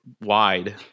wide